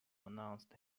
announced